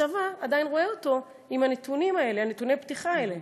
והצבא עדיין רואה אותו עם נתוני הפתיחה האלה.